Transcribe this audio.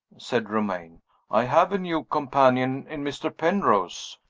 said romayne i have a new companion in mr. penrose.